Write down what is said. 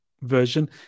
version